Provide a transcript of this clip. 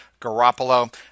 Garoppolo